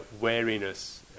wariness